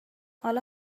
حالا